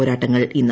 പോരാട്ടങ്ങൾ ഇന്ന്